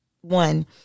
one